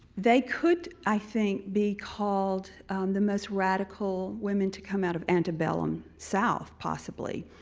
they could, i think, be called the most radical women to come out of antebellum south, possibly,